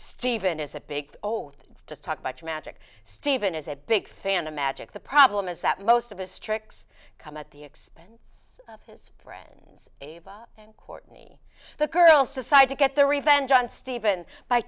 stephen is a big old just talk about magic stephen is a big fan of magic the problem is that most of his tricks come at the expense of his friends and courtney the girls to side to get their revenge on steven